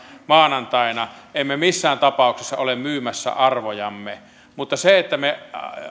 maanantaina emme missään tapauksessa ole myymässä arvojamme mutta sehän että me